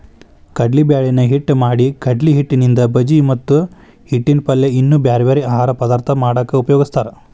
ಕಡ್ಲಿಬ್ಯಾಳಿನ ಹಿಟ್ಟ್ ಮಾಡಿಕಡ್ಲಿಹಿಟ್ಟಿನಿಂದ ಬಜಿ ಮತ್ತ ಹಿಟ್ಟಿನ ಪಲ್ಯ ಇನ್ನೂ ಬ್ಯಾರ್ಬ್ಯಾರೇ ಆಹಾರ ಪದಾರ್ಥ ಮಾಡಾಕ ಉಪಯೋಗಸ್ತಾರ